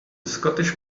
scottish